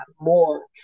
more